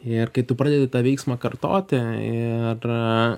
ir kai tu pradedi tą veiksmą kartoti ir